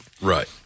Right